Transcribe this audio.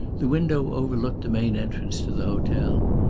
the window overlooked the main entrance to the hotel.